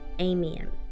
Amen